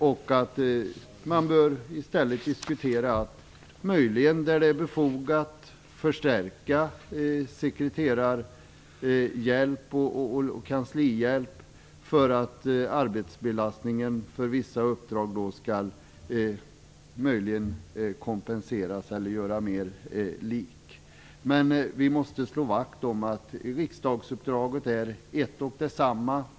I stället bör man där det är befogat diskutera om man möjligen kan förstärka sekreterarhjälp och kanslihjälp för att kompensera arbetsbelastningen för vissa uppdrag eller göra så att den blir lika för alla. Vi måste slå vakt om att riksdaguppdraget är ett och samma.